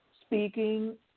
speaking